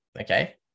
Okay